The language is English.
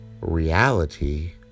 reality